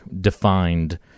defined